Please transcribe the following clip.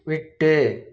விட்டு